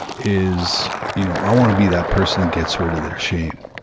is. you know, i want to be that person that gets rid of their shame,